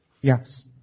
Yes